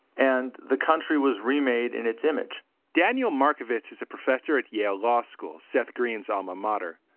and the country was remade in its image daniel markovits is a professor at yale law school, seth green's alma mater.